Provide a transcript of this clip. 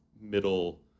middle